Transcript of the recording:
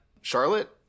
Charlotte